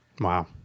Wow